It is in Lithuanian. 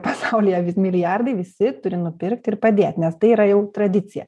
pasaulyje milijardai visi turi nupirkt ir padėt nes tai yra jau tradicija